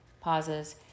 pauses